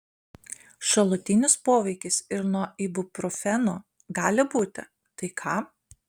šalutinis poveikis ir nuo ibuprofeno gali būti tai ką